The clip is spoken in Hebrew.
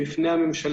הובאה בפני הממשלה